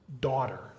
daughter